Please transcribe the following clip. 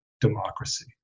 democracy